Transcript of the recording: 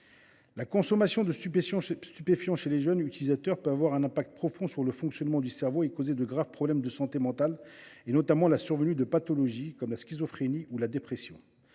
La consommation de stupéfiants chez les jeunes utilisateurs peut avoir des répercussions profondes sur le fonctionnement du cerveau et causer de graves problèmes de santé mentale, notamment la survenue de pathologies, comme la schizophrénie ou la dépression.